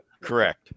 Correct